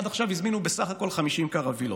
עד עכשיו הזמינו בסך הכול 50 קרווילות.